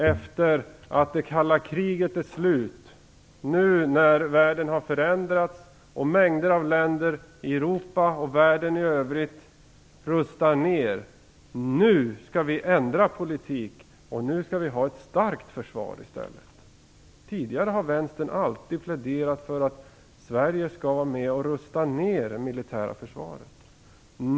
Efter att det kalla kriget nu är slut och världen har förändrats och när mängder av länder i Europa och världen i övrigt rustar ner har Vänstern börjat säga att man skall ändra politik och ha ett starkt försvar. Tidigare har vänstern alltid pläderat för att Sverige skall vara med och rusta ned det militära försvaret.